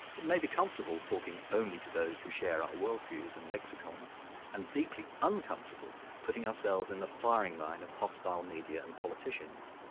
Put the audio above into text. it may be comfortable talking only to those who share our worldviews and lexicons and deeply uncomfortable putting ourselves in the firing line of hostile media and politicians,